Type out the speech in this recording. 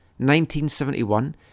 1971